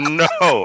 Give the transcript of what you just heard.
no